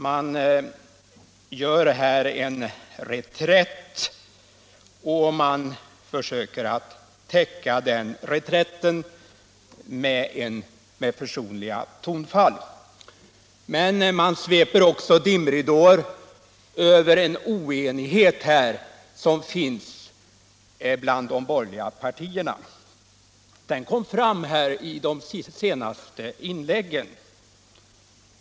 Man gör en reträtt och försöker täcka den reträtten med försonliga tonfall. Men man sprider också dimridåer över en oenighet som finns bland de borgerliga partierna. Den kom fram i de senaste inläggen.